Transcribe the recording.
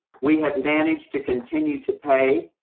we have managed to continue to pay,